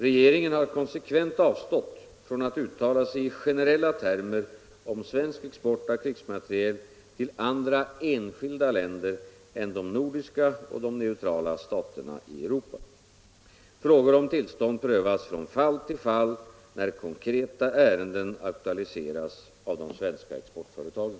Regeringen har konsekvent avstått från att uttala sig i generella termer om svensk export av krigsmateriel till andra enskilda länder än de nordiska och de neutrala staterna i Europa. Frågor om tillstånd prövas från fall till fall när konkreta ärenden aktualiseras av de svenska exportföretagen.